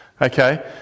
Okay